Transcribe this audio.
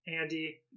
Andy